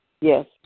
Yes